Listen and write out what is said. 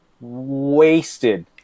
wasted